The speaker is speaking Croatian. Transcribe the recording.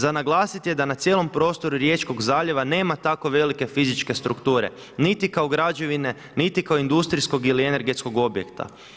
Za naglasiti je da na cijelom prostoru Riječkog zaljeva nema tako velike fizičke strukture niti kao građevine niti kao industrijskog ili energetskog objekta.